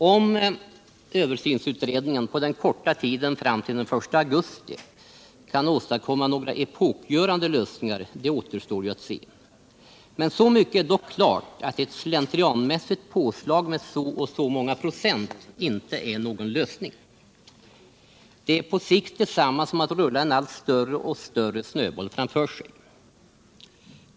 Om översynsutredningen på den korta tiden fram till den 1 augusti kan åstadkomma några epokgörande lösningar återstår att se. Så mycket är dock klart att ett slentrianmässigt påslag med så och så många procent inte är någon lösning. Det är på sikt detsamma som att rulla en allt större och större snöboll framför sig.